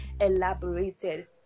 elaborated